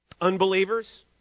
Unbelievers